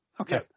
Okay